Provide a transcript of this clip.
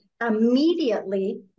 immediately